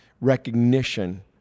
recognition